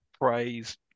praise